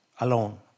alone